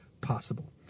possible